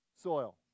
soil